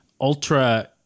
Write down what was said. ultra